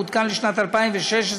מעודכן לשנת 2016,